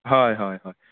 हय हय हय